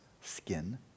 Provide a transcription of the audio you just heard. skin